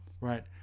Right